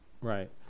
right